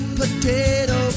potato